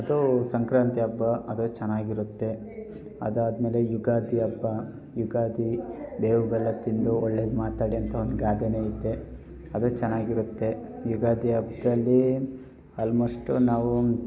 ಮತ್ತು ಸಂಕ್ರಾಂತಿ ಹಬ್ಬ ಅದು ಚೆನ್ನಾಗಿರುತ್ತೆ ಅದಾದ್ಮೇಲೆ ಯುಗಾದಿ ಹಬ್ಬ ಯುಗಾದಿ ಬೇವು ಬೆಲ್ಲ ತಿಂದು ಒಳ್ಳೇದು ಮಾತಾಡಿ ಅಂತ ಒಂದು ಗಾದೆಯೇ ಐತೆ ಅದು ಚೆನ್ನಾಗಿರುತ್ತೆ ಯುಗಾದಿ ಹಬ್ಬದಲ್ಲಿ ಆಲ್ಮೋಸ್ಟ್ ನಾವೂ